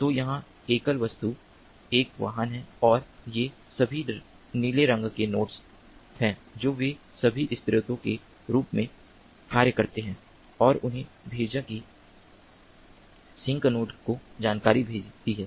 तो यहां एकल वस्तु एक वाहन है और ये सभी नीले रंग के नोड्स हैं जो वे सभी स्रोतों के रूप में कार्य करते हैं और उन्होंने भेजा कि सिंक नोड को जानकारी भेजती है